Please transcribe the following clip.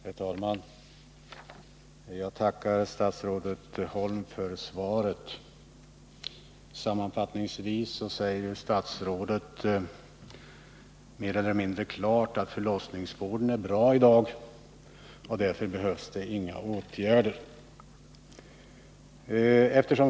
Herr talman! Jag tackar statsrådet Holm för svaret. Sammanfattningsvis säger statsrådet — mer eller mindre klart — att förlossningsvården är bra i dag, och därför behövs inga åtgärder.